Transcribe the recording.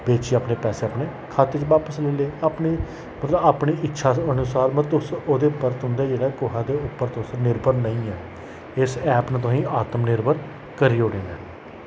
बेचियै अपने पैसे अपने खाते च बापस ले ले अपने मतलब अपने इच्छा अनुसार मतलब तुस ओह्दे उप्पर तुंदे जेह्ड़े कुआहें दे उप्पर तुस निर्भर नेईं ऐ इस ऐप ने तोहें आत्म निर्भर करी ओड़े दा ऐ